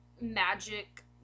magic